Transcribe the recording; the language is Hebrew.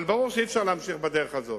אבל ברור שאי-אפשר להמשיך בדרך הזו.